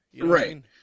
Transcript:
Right